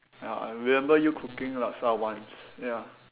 ah I remember you cooking laksa once ya